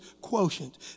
quotient